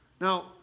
Now